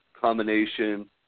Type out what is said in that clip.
combination